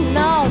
no